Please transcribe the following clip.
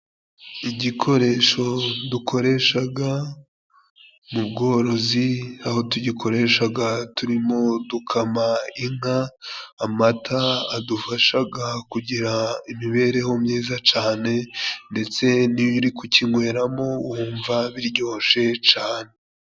Igikoresho dukoreshaga mu bworozi aho tugikoreshaga turimo dukama inka, amata adufashaga kugira imibereho myiza cane ndetse n'iyo uri kunyweramo wumva biryoshye cane.